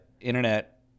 Internet